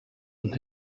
und